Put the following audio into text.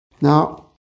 Now